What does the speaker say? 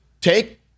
take